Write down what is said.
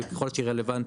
ככל שהיא רלוונטית,